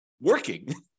working